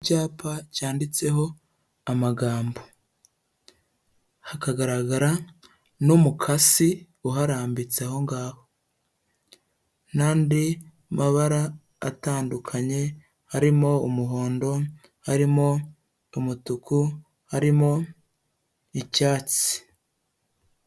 Icyapa cyanditseho amagambo, hakagaragara n'umukasi uharambitse aho ngaho, n'andi mabara atandukanye harimo umuhondo, harimo umutuku, harimo icyatsi.